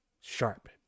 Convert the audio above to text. sharp